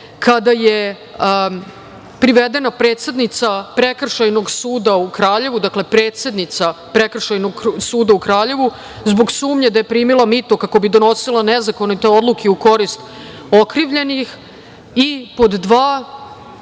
kada je privedene predsednica Prekršajnog suda u Kraljevu. Dakle, predsednica Prekršajnog suda u Kraljevu, zbog sumnje da je primila mito kako bi donosila nezakonite odluke u korist okrivljenih. Pod dva,